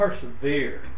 persevere